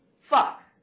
fuck